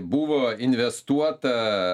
buvo investuota